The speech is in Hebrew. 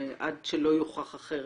עד שלא יוכח אחרת.